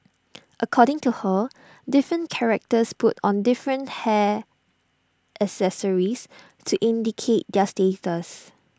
according to her different characters put on different hair accessories to indicate their status